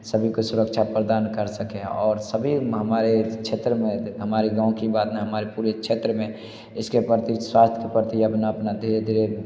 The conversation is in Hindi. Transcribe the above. सभी को सुरक्षा प्रदान कर सकें और सभी हम हमारे क्षेत्र में हमारे गाँव के वार्ड में हमारे पुरे क्षेत्र में इसके प्रति स्वास्थ्य के प्रति अपना अपना धीरे धीरे